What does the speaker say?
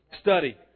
Study